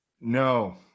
No